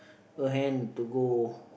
her hand to go